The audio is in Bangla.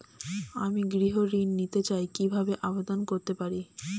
আমি গৃহ ঋণ নিতে চাই কিভাবে আবেদন করতে পারি?